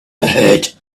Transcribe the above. ahead